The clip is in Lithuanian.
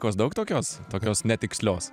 kos daug tokios tokios netikslios